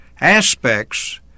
aspects